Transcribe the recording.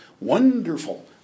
wonderful